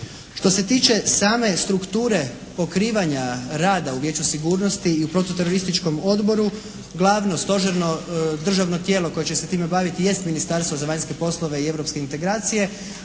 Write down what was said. Što se tiče same strukture pokrivanja rada u Vijeću sigurnosti i protuterorističkom odboru, glavno stožerno državno tijelo koje će se time baviti jest Ministarstvo za vanjske poslove i europske integracije.